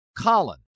Colin